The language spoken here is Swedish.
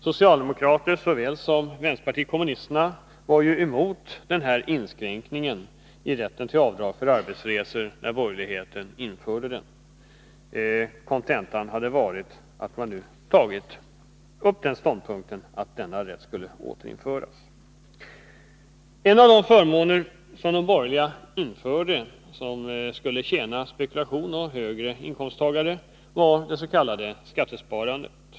Socialdemokraterna, liksom vi från vänsterpartiet kommunisterna, var ju emot denna inskränkning i rätten till avdrag för arbetsresor, när borgerligheten införde den. Konsekvensen borde ha bjudit att man stått fast vid ståndpunkten att denna rätt skall återinföras. En av de förmåner som de borgerliga införde och som skulle tjäna spekulanter och högre inkomsttagare var det s.k. skattesparandet.